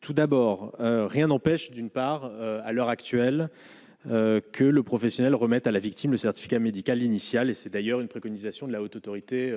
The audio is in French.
tout d'abord, rien n'empêche d'une part, à l'heure actuelle, que le professionnel remettent à la victime, le certificat médical initial et c'est d'ailleurs une préconisation de la Haute autorité